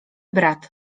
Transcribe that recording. brat